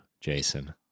Jason